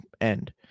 end